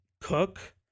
cook